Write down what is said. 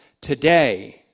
today